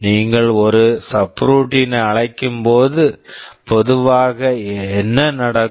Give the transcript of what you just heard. நீங்கள் ஒரு subroutine subroutine ஐ அழைக்கும்போது பொதுவாக என்ன நடக்கும்